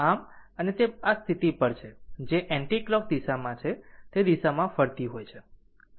આમ અને તે આ સ્થિતિ પર છે જે એન્ટિકલોક દિશામાં છે તે દિશામાં ફરતી હોય છે